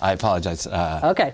i apologize